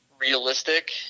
realistic